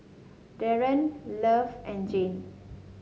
Darron Love and Jane